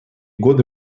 годы